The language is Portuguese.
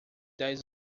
dez